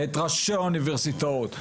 ואת ראשי האוניברסיטאות.